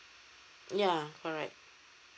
yeah correct